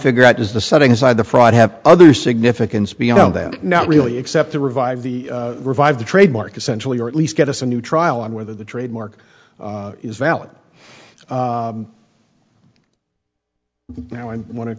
figure out is the setting aside the fraud have other significance beyond that not really except to revive the revive the trademark essentially or at least get us a new trial on whether the trademark is valid now i want to